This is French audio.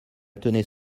tenais